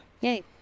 yay